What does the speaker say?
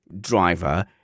driver